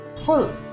full